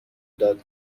داد